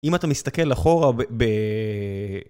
אם אתה מסתכל אחורה ב...